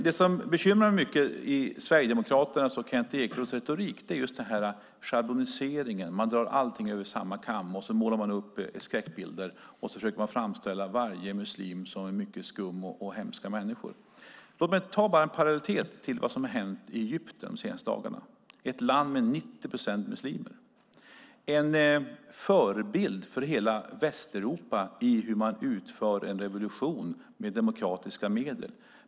Det som bekymrar mig mycket i Sverigedemokraternas och Kent Ekeroths retorik är schabloniseringen. Man drar allting över samma kam, målar upp skräckbilder och försöker framställa alla muslimer som mycket skumma och hemska människor. Låt mig dra en parallell till vad som har hänt i Egypten de senaste dagarna. Det är ett land med 90 procent muslimer. Egypten är en förebild för hela Västeuropa i hur man utför en revolution med demokratiska medel.